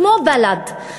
כמו בל"ד.